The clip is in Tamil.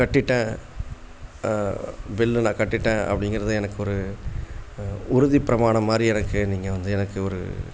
கட்டிவிட்டேன் பில்லு நான் கட்டிவிட்டேன் அப்படிங்கிறத எனக்கு ஒரு உறுதிப் பிரமாணம் மாதிரி எனக்கு நீங்கள் வந்து எனக்கு ஒரு